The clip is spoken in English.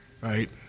Right